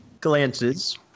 glances